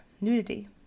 nudity